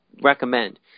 recommend